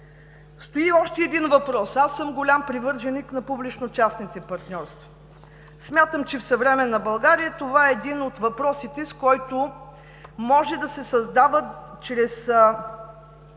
Стои още един въпрос. Аз съм голям привърженик на публично-частните партньорства. Смятам, че в съвременна България това е един от въпросите, с който може да се създават, чрез